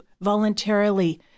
voluntarily